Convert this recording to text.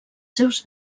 seus